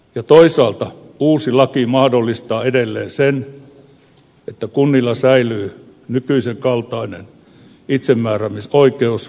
ja toisaalta uusi laki mahdollistaa edelleen sen että kunnilla säilyy nykyisen kaltainen itsemääräämisoikeus kuljetusjärjestelmän valinnassa